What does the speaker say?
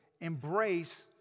embrace